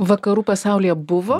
vakarų pasaulyje buvo